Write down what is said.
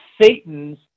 Satan's